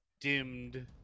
dimmed